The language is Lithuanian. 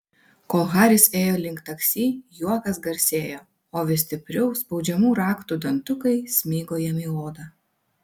kol haris ėjo link taksi juokas garsėjo o vis stipriau spaudžiamų raktų dantukai smigo jam į odą